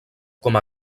com